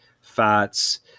fats